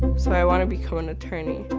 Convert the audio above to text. so i want to become an attorney.